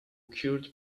cured